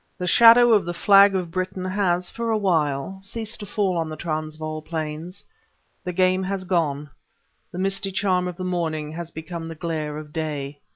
the shadow of the flag of britain has, for a while, ceased to fall on the transvaal plains the game has gone the misty charm of the morning has become the glare of day.